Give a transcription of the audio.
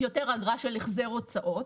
יותר אגרה של החזר הוצאות.